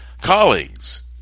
colleagues